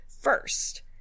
first